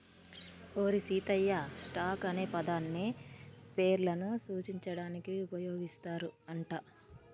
ఓరి సీతయ్య, స్టాక్ అనే పదాన్ని పేర్లను సూచించడానికి ఉపయోగిస్తారు అంట